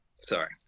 Sorry